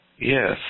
Yes